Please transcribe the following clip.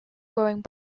growing